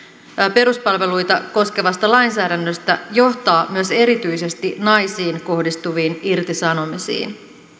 peruspalveluita koskevasta lainsäädännöstä johtaa myös erityisesti naisiin kohdistuviin irtisanomisiin